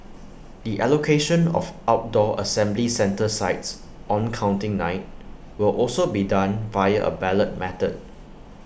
the allocation of outdoor assembly centre sites on counting night will also be done via A ballot method